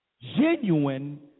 genuine